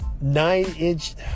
nine-inch